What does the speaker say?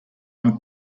one